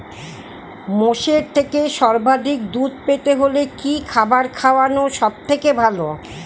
মোষের থেকে সর্বাধিক দুধ পেতে হলে কি খাবার খাওয়ানো সবথেকে ভালো?